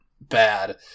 bad